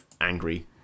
angry